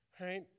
Right